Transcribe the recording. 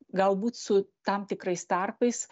galbūt su tam tikrais tarpais